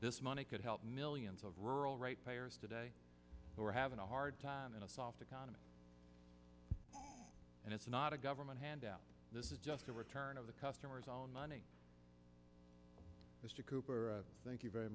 this money could help millions of rural right payers today who are having a hard time in a soft economy and it's not a government handout this is just a return of the customer's own money mr cooper thank you very